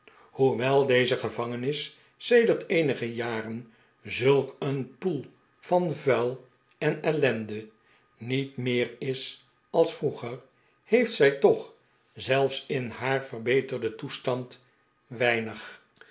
hoewel deze gevangenis sedert eenige jaren zulk een poel van vuil en ellende niet meer is als vroeger heeft zij toch zelfs in haar verbeterden toestand weinig